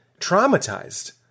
traumatized